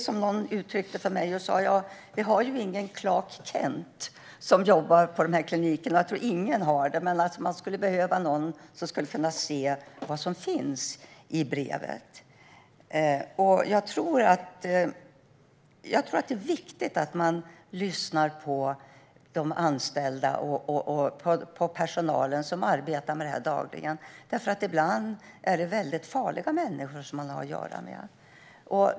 Som någon uttryckte det: Vi har ju ingen Clark Kent som jobbar på kliniken. Jag tror inte att någon har det, men man skulle behöva någon som skulle kunna se vad som finns i brevet. Det är viktigt att man lyssnar på personalen, som jobbar med detta dagligen. Ibland är det väldigt farliga människor som de har att göra med.